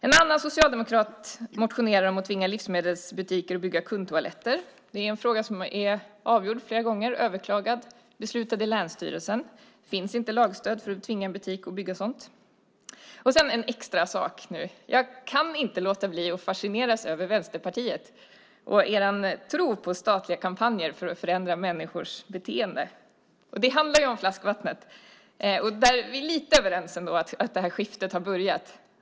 En annan socialdemokrat motionerar om att tvinga livsmedelsbutiker att bygga kundtoaletter. Det är en fråga som är avgjord flera gånger, överklagad och beslutad i länsstyrelsen. Det finns inte lagstöd för att tvinga en butik att bygga sådant. Så en extrasak. Jag kan inte låta bli att fascineras över Vänsterpartiet och er tro på statliga kampanjer för att förändra människors beteende. Det handlar om flaskvattnet. Vi är ändå lite överens om att skiftet har börjat.